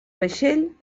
vaixell